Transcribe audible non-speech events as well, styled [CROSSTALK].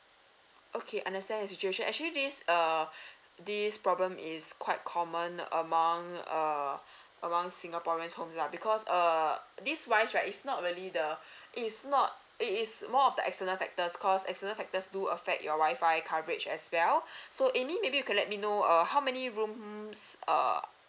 okay understand the situation actually this err this problem is quite common among err among singaporeans home lah because err this wise right it's not really the it is not it is more of the external factors cause external factors do affect your WI-FI coverage as well [BREATH] so amy maybe you could let me know err how many rooms err